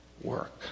Work